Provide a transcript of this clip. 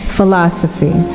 Philosophy